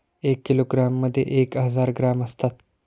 एक किलोग्रॅममध्ये एक हजार ग्रॅम असतात